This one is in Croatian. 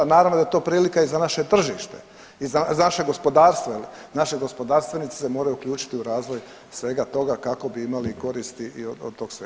Naravno da je to prilika i za naše tržište i za naše gospodarstvo jel naši gospodarstvenici se moraju uključiti u razvoj svega toga kako bi imali koristi od tog svega.